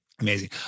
Amazing